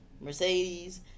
Mercedes